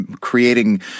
creating